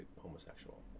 homosexual